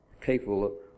capable